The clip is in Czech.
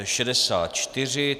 64.